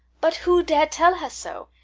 but who dare tell her so?